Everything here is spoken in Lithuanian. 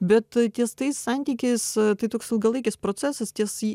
bet ties tais santykiais tai toks ilgalaikis procesas ties